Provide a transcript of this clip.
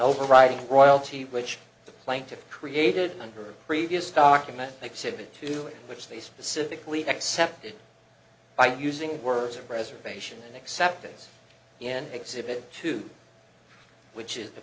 overriding royalty which the plaintiff created under a previous document exhibit to which they specifically accepted by using words of preservation and acceptance in exhibit two which is